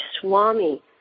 Swami